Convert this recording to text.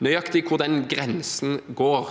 Nøyaktig hvor den grensen går,